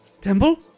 temple